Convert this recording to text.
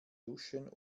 duschen